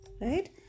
right